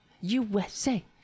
USA